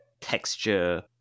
texture